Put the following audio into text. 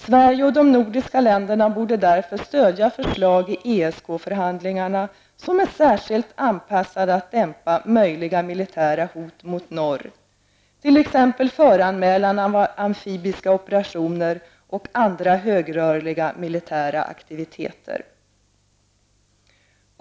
Sverige och de övriga nordiska länderna borde därför stödja förslag i ESK-förhandlingarna som är särskilt anpassade för att dämpa möjliga militära hot mot norr, t.ex.